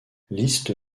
liste